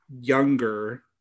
Younger